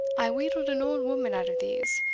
i wheedled an old woman out of these,